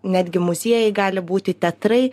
netgi muziejai gali būti teatrai